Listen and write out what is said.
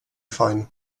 fajn